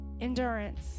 Endurance